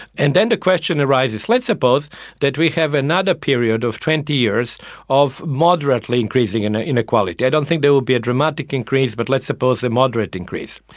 and then the question arises, let's suppose that we have another period of twenty years of moderately increasing and inequality. i don't think there will be a dramatic increase but let's suppose a moderate increase.